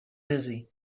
dizzy